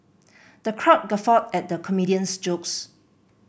the crowd guffawed at the comedian's jokes